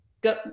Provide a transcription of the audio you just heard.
go